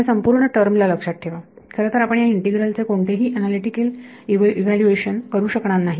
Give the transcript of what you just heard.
या संपूर्ण टर्म ला लक्षात ठेवा खरंतर आपण या इंटीग्रल चे कोणतेही अनालीटीकल इव्हॅल्यूएशन करू शकणार नाही